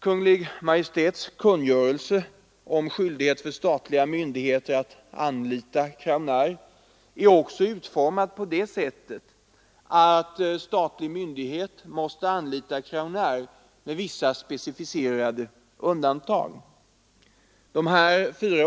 Kungl. Maj:ts kungörelse om skyldighet för statliga myndigheter att anlita Crownair är också utformad så att statlig myndighet måste anlita Crownair med vissa specificerade undantag.